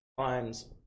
times